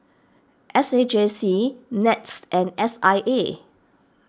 S A J C NETS and S I A